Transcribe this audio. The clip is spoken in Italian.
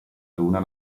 luna